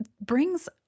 brings